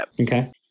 Okay